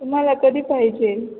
तुम्हाला कधी पाहिजे